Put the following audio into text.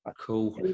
Cool